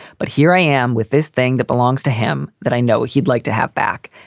but here i am with this thing that belongs to him that i know he'd like to have back,